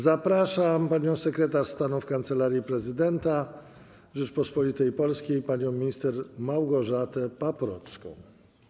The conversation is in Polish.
Zapraszam panią sekretarz stanu w Kancelarii Prezydenta Rzeczypospolitej Polskiej panią minister Małgorzatę Paprocką.